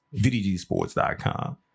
VDGSports.com